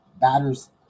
batter's